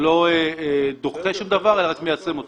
זה לא דוחה שום דבר, זה רק מיישם אותו.